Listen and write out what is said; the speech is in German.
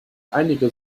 einige